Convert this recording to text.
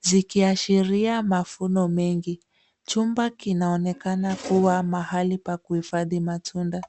zikiashiria mavuno mengi. Chumba kinaonekana kuwa mahali pa kuhifadhi matunda.